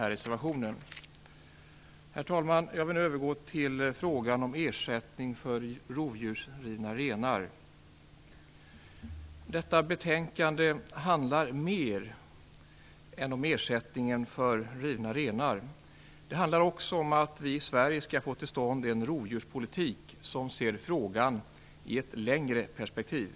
Herr talman! Jag övergår så till frågan om ersättning för rovdjursrivna renar. Detta betänkande handlar om mer än frågan om ersättningen för rivna renar. Det handlar nämligen också om att vi i Sverige måste få till stånd en rovdjurspolitik som ser frågan i ett längre perspektiv.